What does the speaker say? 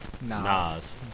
Nas